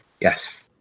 Yes